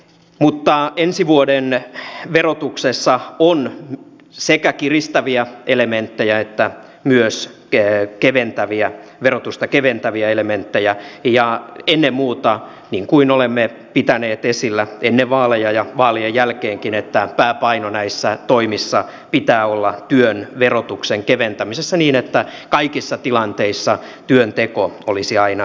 mutta ensi vuoden verotuksessa on sekä kiristäviä elementtejä että myös verotusta keventäviä elementtejä ja ennen muuta niin kuin olemme pitäneet esillä ennen vaaleja ja vaalien jälkeenkin pääpaino näissä toimissa pitää olla työn verotuksen keventämisessä niin että kaikissa tilanteissa työnteko olisi aina kannattavaa